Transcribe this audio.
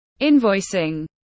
invoicing